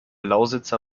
lausitzer